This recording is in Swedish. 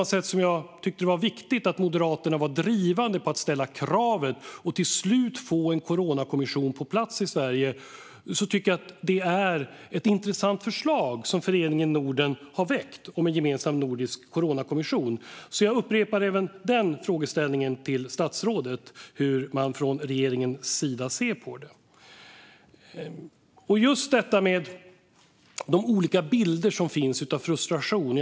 Jag tycker att det var viktigt att Moderaterna var drivande i att ställa kravet om och till slut få en coronakommission på plats i Sverige, och jag tycker också att det är ett intressant förslag som Föreningen Norden har väckt om en gemensam nordisk coronakommission. Jag upprepar därför även den frågeställningen till statsrådet, alltså hur man från regeringens sida ser på det. Det finns olika bilder av vilken frustration som finns.